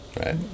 right